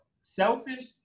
selfish